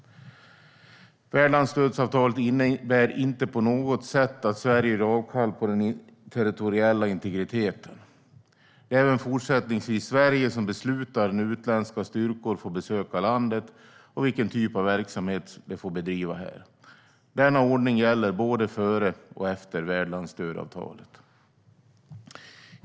Värdlandsstödsavtalet innebär inte på något sätt att Sverige gör avkall på sin territoriella integritet. Det är även fortsättningsvis Sverige som beslutar när utländska styrkor får besöka landet och vilken typ av verksamhet som de får bedriva här. Denna ordning gäller både före och efter värdlandsstödsavtalet.